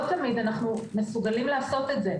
לא תמיד אנחנו מסוגלים לעשות את זה,